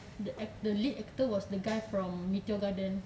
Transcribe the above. the act~ the lead actor was the guy from meteor garden